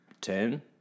ten